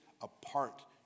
apart